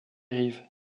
rives